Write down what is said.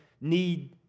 need